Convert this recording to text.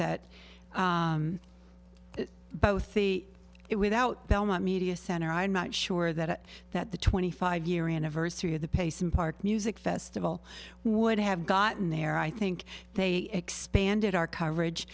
that both the it without belmont media center i'm not sure that that the twenty five year anniversary of the pay some part music festival would have gotten there i think they expanded our coverage